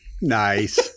Nice